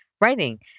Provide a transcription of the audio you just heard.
writing